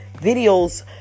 videos